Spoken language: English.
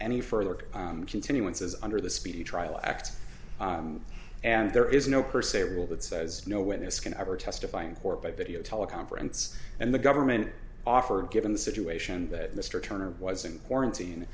any further continuance as under the speedy trial act and there is no per se rule that says no witness can ever testify in court by video teleconference and the government offered given the situation that mr turner wasn't quarantine